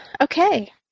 Okay